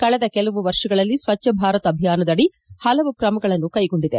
ಕಳೆದ ಕೆಲವು ವರ್ಷಗಳಲ್ಲಿ ಸ್ವಚ್ಚ ಭಾರತ ಅಭಿಯಾನದಡಿ ಹಲವು ಕ್ರಮಗಳನ್ನು ಕೈಗೊಂಡಿದೆ